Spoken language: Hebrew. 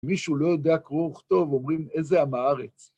מישהו לא יודע קרוא וכתוב, אומרים איזה עם הארץ.